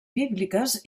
bíbliques